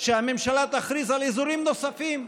שהממשלה תכריז על אזורים נוספים.